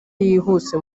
yihuse